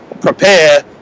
prepare